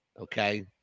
Okay